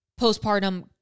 postpartum